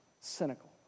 cynical